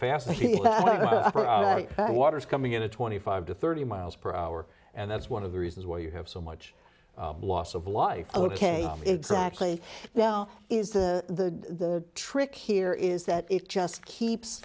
water's coming in a twenty five to thirty miles per hour and that's one of the reasons why you have so much loss of life ok exactly now is the trick here is that it just keeps